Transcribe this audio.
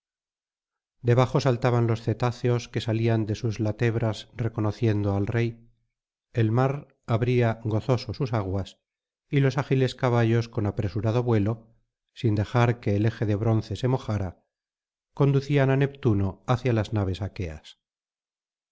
debajo saltaban los cetáceos que salían de sus latebras reconociendo al rey el mar abría gozoso sus aguas y los ágiles caballos con apresurado vuelo sin dejar que el eje de bronce se mojara conducían á neptuno hacia las naves aqueas